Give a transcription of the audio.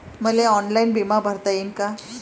मले ऑनलाईन बिमा भरता येईन का?